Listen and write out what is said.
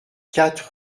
quatre